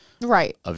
right